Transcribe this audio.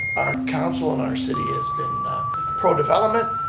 our council and our city has been pro-development.